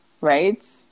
right